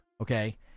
Okay